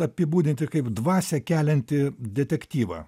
apibūdinti kaip dvasią keliantį detektyvą